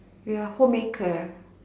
we are home maker